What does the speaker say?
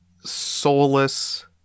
soulless